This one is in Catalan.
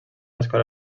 escola